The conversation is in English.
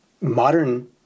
modern